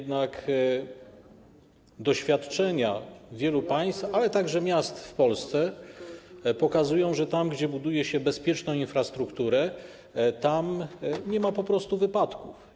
Doświadczenia wielu państw, ale także miast w Polsce pokazują, że tam, gdzie buduje się bezpieczną infrastrukturę, po prostu nie ma wypadków.